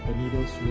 needles